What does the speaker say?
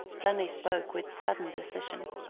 then he spoke with sudden decision.